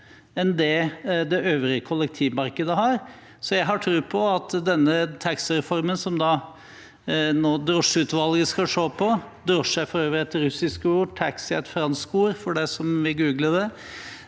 enn det øvrige kollektivmarkedet. Jeg har tro på at denne taxireformen som drosjeutvalget nå skal se på – drosje er for øvrig et russisk ord, taxi er et fransk ord, for dem som vil google det